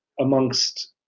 amongst